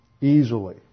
easily